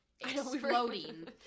exploding